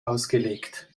ausgelegt